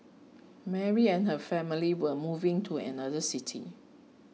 Mary and her family were moving to another city